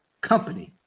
company